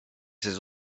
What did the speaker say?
ses